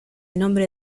nombre